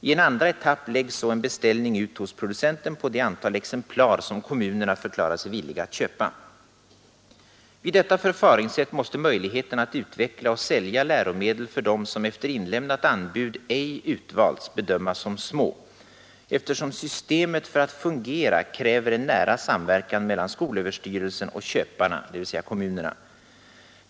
I en andra etapp läggs så en beställning ut hos producenten på det antal exemplar som kommunerna förklarar sig villiga att köpa. Vid detta förfaringssätt måste möjligheterna att utveckla och sälja läromedel för dem som efter inlämnat anbud ej utvalts bedömas som små, eftersom systemet för att fungera kräver en nära samverkan mellan skolöverstyrelsen och köparna, dvs. kommunerna.